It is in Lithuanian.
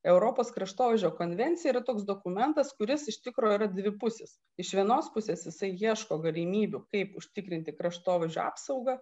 europos kraštovaizdžio konvencija yra toks dokumentas kuris iš tikro yra dvipusis iš vienos pusės jisai ieško galimybių kaip užtikrinti kraštovaizdžio apsaugą